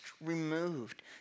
removed